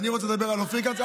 אני רוצה לדבר על אופיר כץ.